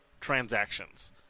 transactions